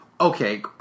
Okay